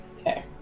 Okay